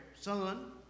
son